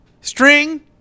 String